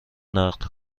نقد